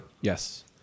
yes